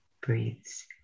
breathes